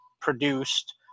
produced